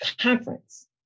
conference